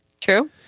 True